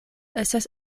estas